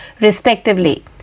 respectively